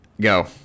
go